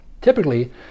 Typically